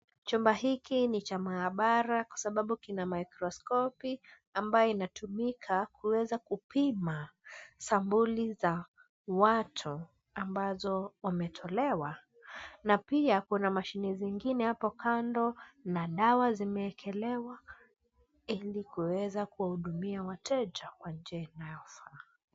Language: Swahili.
Chumba hiki ni cha maabara kwa sababu kina mikroskopi ambayo inatumika kueza kupima sampuli za watu, ambazo wametolewa. Na pia kuna mashini zingine hapo kando, na dawa zimeekelewa ili kuweza kuwahudumia wateja kwa njia inayofaa.